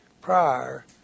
prior